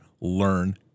learn